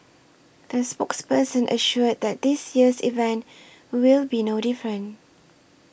the spokesperson assured that this year's event will be no different